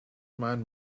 man